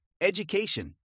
education